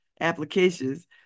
applications